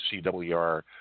CWR